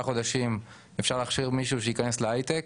חודשים אפשר להכשיר מישהו שייכנס להייטק,